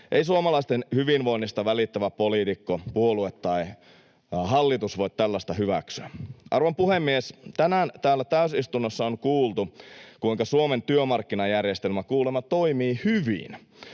Ei suomalaisten hyvinvoinnista välittävä poliitikko, puolue tai hallitus voi tällaista hyväksyä. Arvon puhemies! Tänään täällä täysistunnossa on kuultu, kuinka Suomen työmarkkinajärjestelmä kuulemma toimii hyvin.